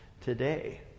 today